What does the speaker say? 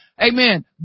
Amen